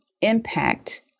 impact